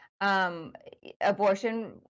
abortion